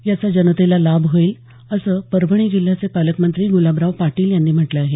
याचा जनतेला लाभ होईल असं परभणी जिल्ह्याचे पालकमंत्री गुलाबराव पाटील यांनी म्हटलं आहे